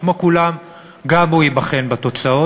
כמו כולם גם הוא ייבחן בתוצאות,